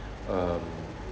uh